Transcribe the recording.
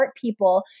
people